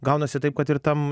gaunasi taip kad ir tam